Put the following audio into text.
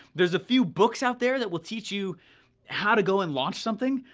there's a few books out there that will teach you how to go and launch something,